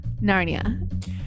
Narnia